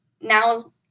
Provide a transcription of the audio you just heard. now